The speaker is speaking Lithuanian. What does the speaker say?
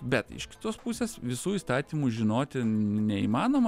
bet iš kitos pusės visų įstatymų žinoti neįmanoma